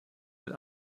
wird